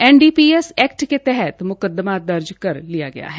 NDPS act के तहत मुकदमा दर्ज कर लिया गया है